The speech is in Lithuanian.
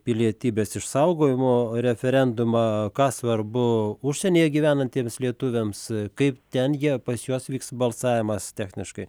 pilietybės išsaugojimo referendumą ką svarbu užsienyje gyvenantiems lietuviams kaip ten jie pas juos vyks balsavimas techniškai